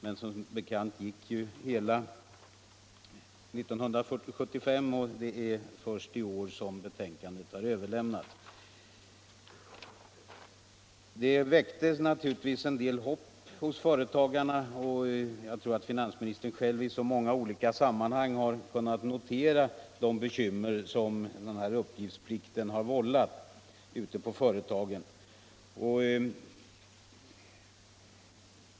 Men som bekant gick hela 1975, och det är först i år som betänkandet har överlämnats. Jag tror att finansministern själv i många olika sammanhang har kunnat notera de bekymmer den här uppgiftsplikten har vållat ute på företagen.